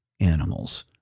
animals